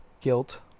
guilt